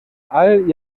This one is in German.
all